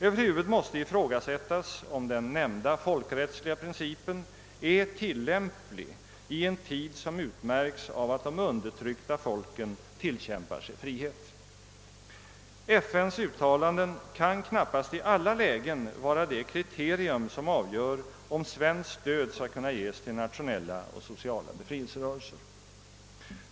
Över huvud måste ifrågasättas, om den nämnda folkrättsliga principen är tillämplig i en tid som utmärks av att de förtryckta folken tillkämpar sig frihet. FN:s uttalanden kan knappast i alla lägen vara det kriterium som avgör om svenskt stöd skall kunna ges till nationella och sociala befrielserörelser.